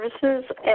services